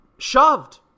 shoved